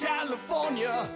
California